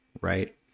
right